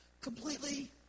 completely